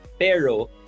Pero